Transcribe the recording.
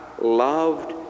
loved